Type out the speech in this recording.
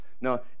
Now